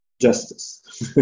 justice